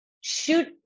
Shoot